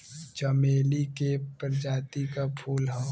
चमेली के प्रजाति क फूल हौ